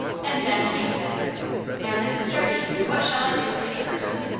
and then kate said now, mrs. jardine, what shall i do for you first?